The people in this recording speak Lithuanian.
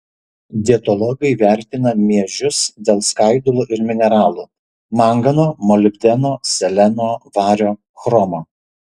dietologai vertina miežius dėl skaidulų ir mineralų mangano molibdeno seleno vario chromo